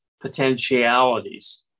potentialities